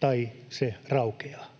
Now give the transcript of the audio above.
tai se raukeaa